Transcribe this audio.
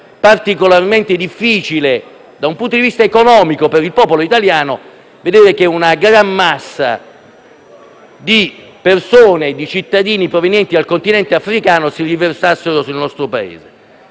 particolarmente difficile da un punto di vista economico per il popolo italiano, nel vedere che una gran massa di cittadini provenienti dal Continente africano si riversava sul nostro Paese.